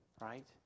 Right